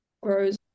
grows